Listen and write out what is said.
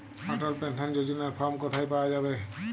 অটল pension যোজনার form কোথায় পাওয়া যাবে?